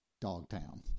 Dogtown